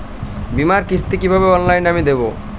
বীমার কিস্তি কিভাবে অনলাইনে আমি দেবো?